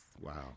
wow